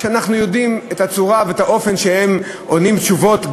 ואנחנו יודעים את הצורה ואת האופן שבו הם עונים תשובות,